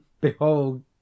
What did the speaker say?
behold